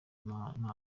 impano